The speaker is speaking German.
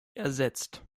ersetzt